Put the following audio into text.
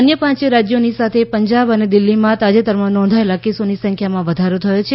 અન્ય પાંચ રાજ્યોની સાથે પંજાબ અને દિલ્ફીમાં તાજેતરમાં નોંધાયેલા કેસોની સંખ્યામાં વધારો થયો છે